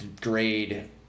grade